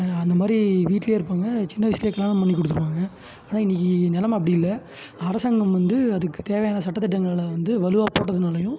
அந்த மாதிரி வீட்லேயே இருப்பாங்க சின்ன வயசுலேயே கல்யாணம் பண்ணி கொடுத்துருப்பாங்க ஆனால் இன்றைக்கி நிலம அப்படி இல்லை அரசாங்கம் வந்து அதுக்கு தேவையான சட்டத் திட்டங்களை வந்து வலுவாக போட்டதுனாலேயும்